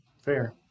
fair